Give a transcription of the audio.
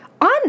on